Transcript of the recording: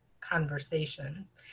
conversations